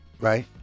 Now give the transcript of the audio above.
Right